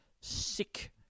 sick